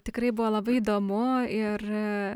tikrai buvo labai įdomu ir